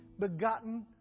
begotten